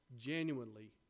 genuinely